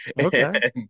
okay